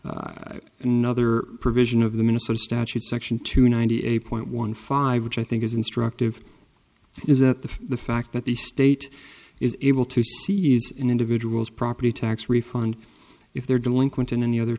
refund another provision of the minnesota statute section two ninety eight point one five which i think is instructive is that the the fact that the state is able to see is an individual's property tax refund if their delinquent in any other